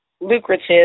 lucrative